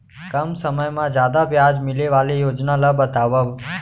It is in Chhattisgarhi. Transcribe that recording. कम समय मा जादा ब्याज मिले वाले योजना ला बतावव